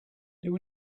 were